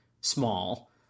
small